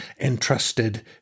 entrusted